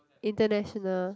international